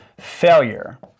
failure